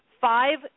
five